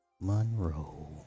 Monroe